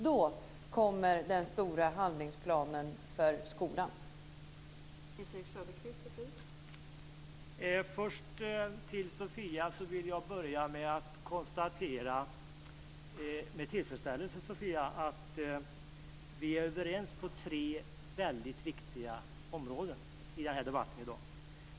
Är det då den stora handlingsplanen för skolan ska komma?